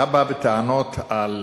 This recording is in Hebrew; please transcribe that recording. אתה בא בטענות על